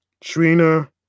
Trina